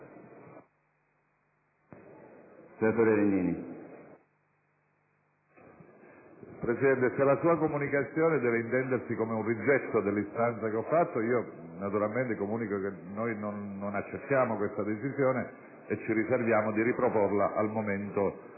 Presidente, se la sua comunicazione deve intendersi come un rigetto dell'istanza che ho avanzato, comunico che non accettiamo la decisione presa e ci riserviamo di riproporla al momento della